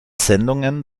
sendungen